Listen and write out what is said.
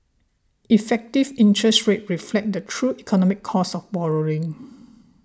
effective interest rates reflect the true economic cost of borrowing